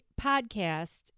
podcast